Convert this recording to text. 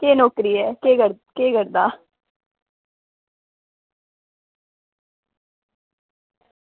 केह् नौकरी ऐ केह् केह् करदा